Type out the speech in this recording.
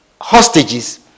hostages